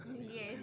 Yes